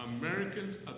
Americans